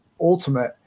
ultimate